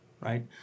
right